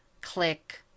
click